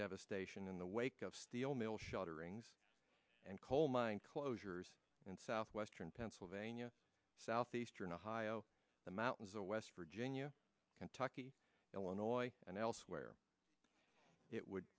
devastation in the wake of steel mill shattering and coal mine closures in southwestern pennsylvania southeastern ohio the mountains of west virginia kentucky illinois and elsewhere it would